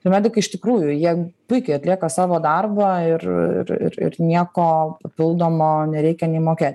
ir medikai iš tikrųjų jie puikiai atlieka savo darbą ir ir ir nieko papildomo nereikia nei mokėt